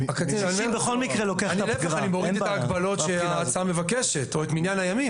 אני מוריד את ההגבלות שההצעה מבקשת או את מניין הימים.